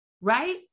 right